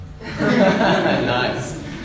Nice